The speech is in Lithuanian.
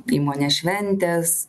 įmonės šventės